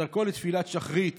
בדרכו לתפילת שחרית